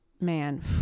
man